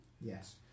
yes